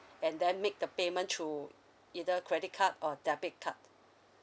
and then make the payment through either credit card or debit card